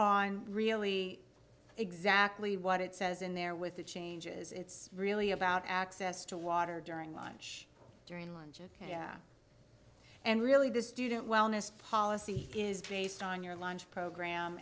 on really exactly what it says in there with the changes it's really about access to water during lunch during lunch and really the student wellness policy is based on your lunch program